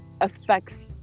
affects